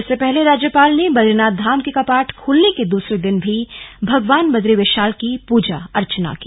इससे पहले राज्यपाल ने बदरीनाथ धाम के कपाट खुलने के दूसरे दिन भी भगवान बदरीविशाल की पूजा अर्चना की